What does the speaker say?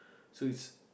so it's